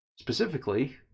Specifically